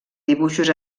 dibuixos